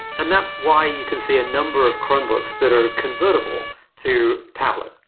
and that's why you can see a number of chromebooks that are convertible to tablet.